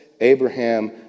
Abraham